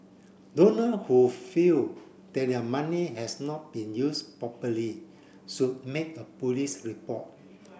donor who feel that their money has not been used properly should make a police report